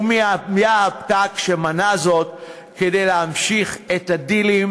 ומי היה הפקק שמנע זאת כדי להמשיך את הדילים